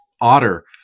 Otter